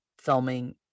filming